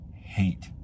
hate